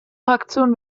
fraktion